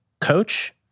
coach